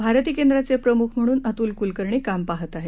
भारती केंद्राचे प्रमुख म्हणून अतुल कुलकर्णी काम पाहत आहेत